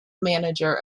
manager